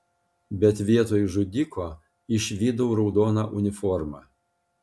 bet vietoj žudiko išvydau raudoną uniformą